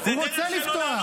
הוא רוצה לפתוח.